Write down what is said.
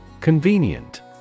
Convenient